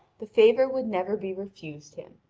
the favour would never be refused him.